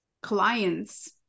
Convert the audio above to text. clients